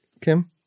Kim